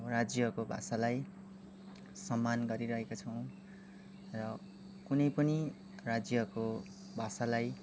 राज्यको भाषालाई सम्मान गरिरहेका छौँ र कुनै पनि राज्यको भाषालाई